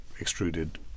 extruded